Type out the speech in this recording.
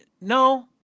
no